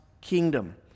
kingdom